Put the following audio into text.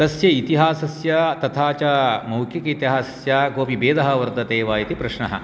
तस्य इतिहासस्य तथा च मौखिक इतिहासस्य कोऽपि भेदः वर्तते वा इति प्रश्नः